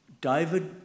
David